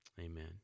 Amen